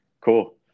cool